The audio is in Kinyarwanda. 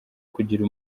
kugira